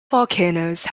volcanoes